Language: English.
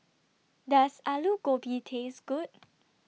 Does Alu Gobi Taste Good